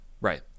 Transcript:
right